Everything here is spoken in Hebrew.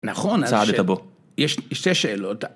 נכון, אבל ש... צעד אתה בו. יש שתי שאלות.